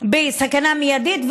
בסכנה מיידית,